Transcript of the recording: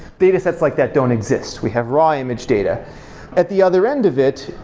data sets like that don't exist. we have raw image data at the other end of it,